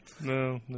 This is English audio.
No